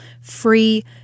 free